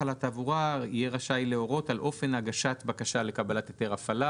לשרת התחבורה להתקין תקנות לגבי בקשה לקבלת היתר הפעלה,